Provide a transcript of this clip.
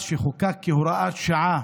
אז, כשחוקק כהוראת שעה